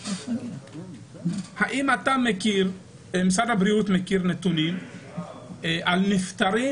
האם משרד הבריאות מכיר נתונים על נפטרים